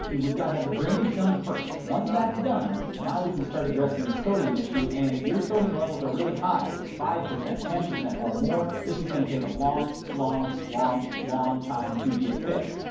yeah we've got to have the drainage done first. once that's done, now we can start addressing the sodium issue, and if your sodium levels are really high five percent, ten percent, or more this is going to take a long long long long time to get fixed.